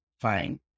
fine